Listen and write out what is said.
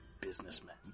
businessmen